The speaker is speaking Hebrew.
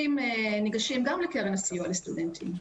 אם לדוגמא ניגשים גם לקרן הסיוע לסטודנטים,